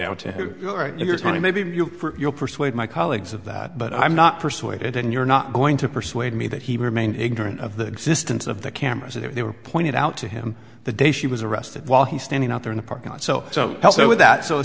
going to maybe you will persuade my colleagues of that but i'm not persuaded and you're not going to persuade me that he remained ignorant of the existence of the cameras if they were pointed out to him the day she was arrested while he standing out there in the parking lot so so also that so